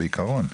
בעיקרון,